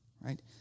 right